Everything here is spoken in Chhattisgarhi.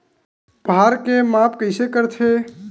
भार के माप कइसे करथे?